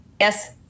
Yes